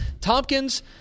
Tompkins